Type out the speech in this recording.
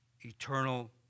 eternal